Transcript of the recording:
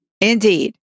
Indeed